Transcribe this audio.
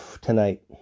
tonight